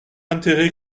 intérêt